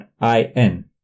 I-N